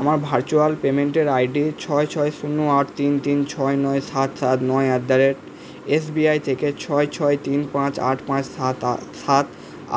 আমার ভার্চুয়াল পেমেন্টের আইডি ছয় ছয় শূন্য আট তিন তিন ছয় নয় সাত সাত নয় অ্যাট দা রেট এসবিআই থেকে ছয় ছয় তিন পাঁচ আট পাঁচ সাত আ সাত